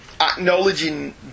acknowledging